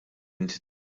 inti